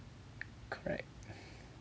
correct